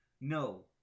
No